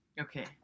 Okay